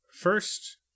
first